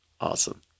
Awesome